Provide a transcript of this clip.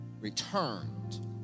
returned